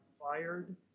fired